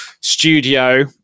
studio